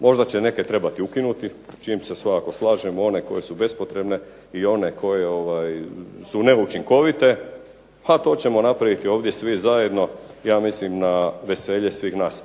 možda će neke trebati i ukinuti s čim se svakako slažem. One koje su bespotrebne i one koje su neučinkovite, a to ćemo napraviti ovdje svi zajedno ja mislim na veselje svih nas.